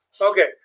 Okay